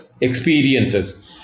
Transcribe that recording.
experiences